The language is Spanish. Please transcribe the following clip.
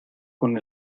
con